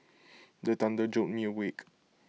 the thunder jolt me awake